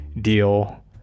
deal